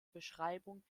beschreibung